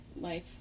life